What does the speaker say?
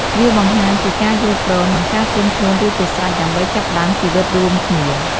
វាបង្ហាញពីការយល់ព្រម និងការត្រៀមខ្លួនរួចជាស្រេចដើម្បីចាប់ផ្តើមជីវិតរួមគ្នា។